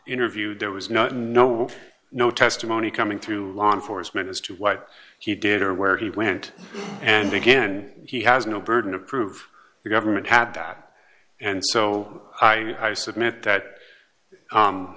interviewed there was no no no testimony coming through law enforcement as to what he did or where he went and again he has no burden of proof the government had that and so i submit that